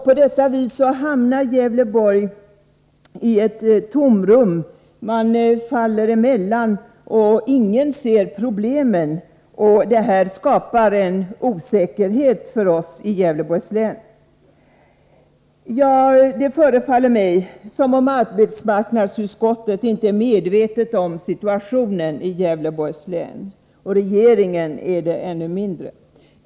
På detta vis hamnar Gävleborg i ett tomrum, faller emellan, och ingen ser problemen. Detta skapar en osäkerhet för oss i Gävleborgs län. Det förefaller mig som om arbetsmarknadsutskottet inte är medvetet om situationen i Gävleborgs län, och regeringen är det ännu mindre.